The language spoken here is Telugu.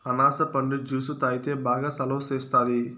అనాస పండు జ్యుసు తాగితే బాగా సలవ సేస్తాది